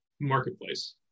marketplace